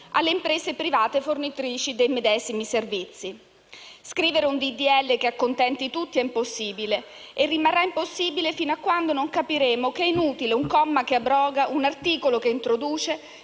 alle imprese private fornitrice dei medesimi servizi. Scrivere un disegno di legge che accontenti tutti è impossibile e rimarrà impossibile fino a quando non capiremo che è inutile un comma che abroga, un articolo che introduce,